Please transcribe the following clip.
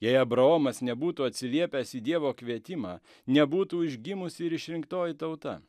jei abraomas nebūtų atsiliepęs į dievo kvietimą nebūtų užgimusi ir išrinktoji tauta